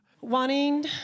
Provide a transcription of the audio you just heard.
Wanting